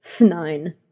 nine